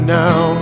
now